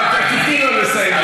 תני לו לסיים.